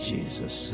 Jesus